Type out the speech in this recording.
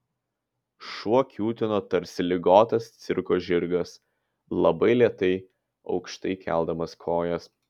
šuo kiūtino tarsi ligotas cirko žirgas labai lėtai aukštai keldamas kojas